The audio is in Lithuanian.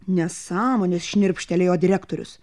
nesąmonės šnirpštelėjo direktorius